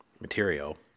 material